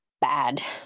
bad